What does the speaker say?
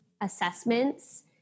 assessments